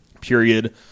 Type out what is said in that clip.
period